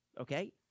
Okay